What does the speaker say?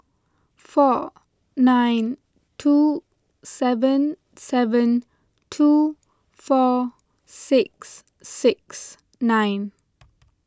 four nine two seven seven two four six six nine